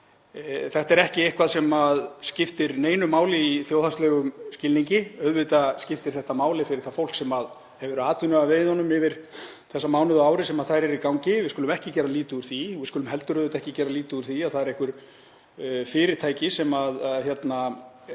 Þetta er ekki eitthvað sem skiptir neinu máli í þjóðhagslegum skilningi. Auðvitað skiptir þetta máli fyrir það fólk sem hefur atvinnu af veiðunum yfir þessa mánuði á ári sem þær eru í gangi, við skulum ekki gera lítið úr því. Við skulum heldur ekki gera lítið úr því að það eru einhver fyrirtæki sem eru